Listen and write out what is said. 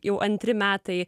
jau antri metai